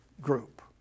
group